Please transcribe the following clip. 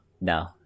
no